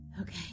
okay